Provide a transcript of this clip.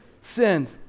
sinned